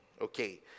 okay